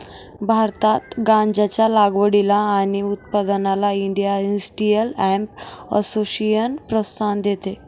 भारतात गांज्याच्या लागवडीला आणि उत्पादनाला इंडिया इंडस्ट्रियल हेम्प असोसिएशन प्रोत्साहन देते